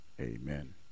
Amen